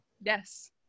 Yes